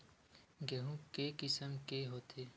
गेहूं के किसम के होथे?